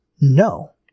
no